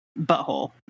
butthole